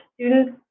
students